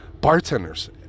Bartenders